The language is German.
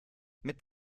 mit